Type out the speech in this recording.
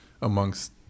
amongst